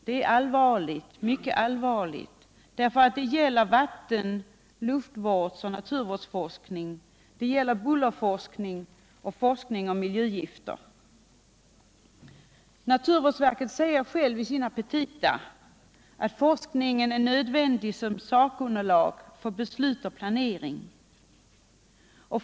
Det är mycket allvarligt, därför att det gäller vatten-, luftvårdsoch naturvårdsforskning, det gäller bullerforskning och det gäller forskning om miljögifter. Naturvårdsverket säger självt i sina petita att forskningen är nödvändig som sakunderlag för beslut och planering.